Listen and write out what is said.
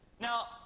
Now